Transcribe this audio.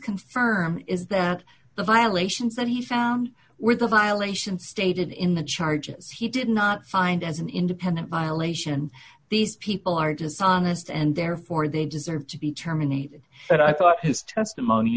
confirm is that the violations that he found were the violation stated in the charges he did not find as an independent violation and these people are dishonest and therefore they deserve to be terminated but i thought his testimony